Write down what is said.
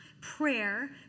prayer